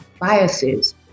biases